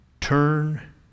turn